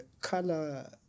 color